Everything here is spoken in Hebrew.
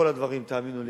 בכל הדברים, תאמינו לי.